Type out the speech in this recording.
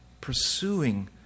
pursuing